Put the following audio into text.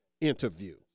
interview